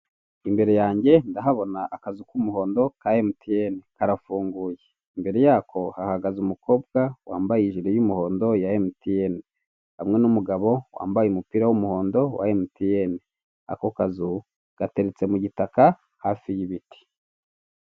Imbere yange ndahabona akazu k'umuhondo ka emutiyene karafunguye, imbere y'ako hahagaze umukobwa wambaye ijire y'umuhondo ya emutiyene hamwe n'umugabo wambaye umupira w'umuhondo wa emutiyene. Ako kazu gateretse mu gitaka hafi y'ibiti.